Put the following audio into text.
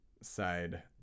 side